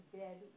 dead